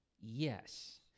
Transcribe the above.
Yes